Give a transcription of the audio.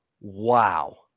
wow